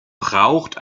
braucht